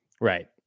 Right